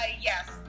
Yes